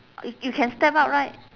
you you can step out right